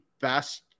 best